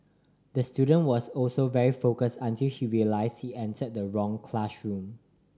the student was also very focused until he realised he entered the wrong classroom